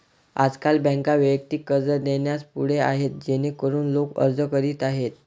आजकाल बँका वैयक्तिक कर्ज देण्यास पुढे आहेत जेणेकरून लोक अर्ज करीत आहेत